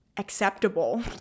Acceptable